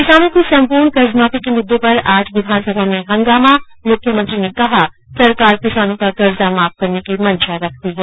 किसानों की संपूर्ण कर्ज माफी के मुद्दे पर आज विधानसभा में हंगामा मुख्यमंत्री ने कहा सरकार किसानों का कर्जा माफ करने की मंशा रखती है